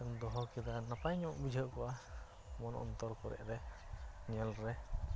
ᱥᱮᱢ ᱫᱚᱦᱚ ᱠᱮᱫᱟ ᱱᱟᱯᱟᱭᱧᱚᱜ ᱵᱩᱡᱷᱟᱹᱣᱠᱚᱜᱼᱟ ᱢᱚᱱ ᱚᱱᱛᱚᱨ ᱠᱚᱨᱮ ᱧᱮᱞᱨᱮ